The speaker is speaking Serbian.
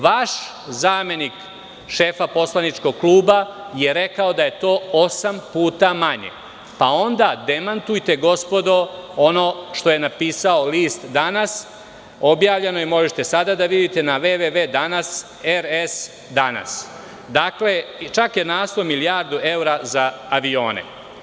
Vaš zamenik šefa poslaničkog kluba je rekao da je to osam puta manje, pa onda demantujte gospodo ono što je napisao list „Danas“ objavljeno je i možete sada da vidite na , čak je naslov „Milijardu evra za avione“